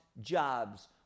jobs